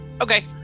Okay